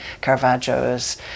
Caravaggio's